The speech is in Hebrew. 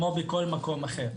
כמו בכל מקום אחר.